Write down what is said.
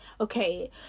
Okay